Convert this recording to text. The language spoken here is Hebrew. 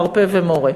מרפא ומורה,